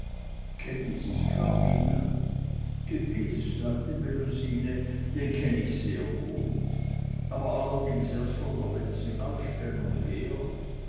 kennen sie skarbina gewiß sagte melusine den kenn ich sehr gut aber allerdings erst von der letzten ausstellung her